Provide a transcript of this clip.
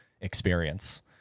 experience